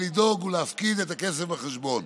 ולדאוג להפקיד את הכסף בחשבון.